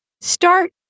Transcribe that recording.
start